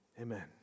amen